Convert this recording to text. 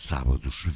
Sábados